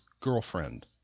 girlfriend